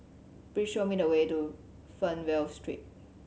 please show me the way to Fernvale Street